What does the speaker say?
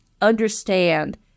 Understand